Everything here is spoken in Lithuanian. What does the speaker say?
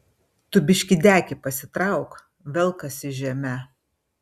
tu biškį dekį pasitrauk velkasi žeme